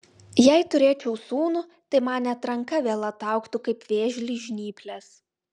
jei turėčiau sūnų tai man net ranka vėl ataugtų kaip vėžliui žnyplės